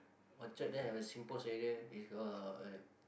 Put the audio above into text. orchard there have a singpost area is got a lot of uh